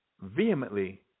vehemently